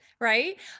right